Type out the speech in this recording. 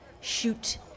shoot